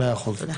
תודה.